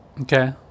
Okay